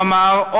הוא אמר,